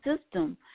system